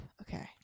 Okay